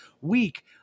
week